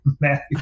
Matthew